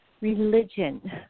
religion